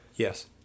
Yes